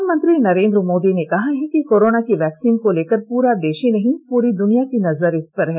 प्रधनमंत्री नरेंद्र मोदी ने कहा है कि कोरोना की वैक्सीन को लेकर पूरे देश ही नहीं पूरी दुनियां की नजर है